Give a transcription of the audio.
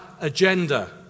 agenda